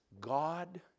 God